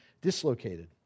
dislocated